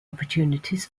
opportunities